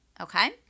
okay